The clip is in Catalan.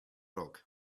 roc